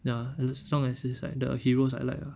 ya and as long as is like the heroes I like ah like